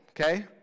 okay